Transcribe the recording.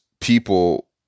people